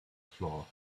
flaw